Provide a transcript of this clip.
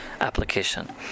Application